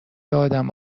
آدم